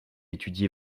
étudié